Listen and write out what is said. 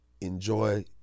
enjoy